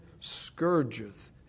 scourgeth